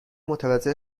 متوجه